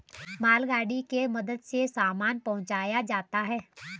मालगाड़ी के मदद से सामान पहुंचाया जाता है